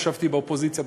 ישבתי באופוזיציה,